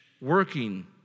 working